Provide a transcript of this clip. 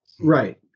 right